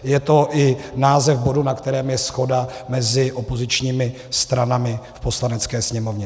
Je to i název bodu, na kterém je shoda mezi opozičními stranami v Poslanecké sněmovně.